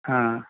হ্যাঁ